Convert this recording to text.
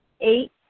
Eight